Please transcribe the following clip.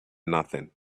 nothing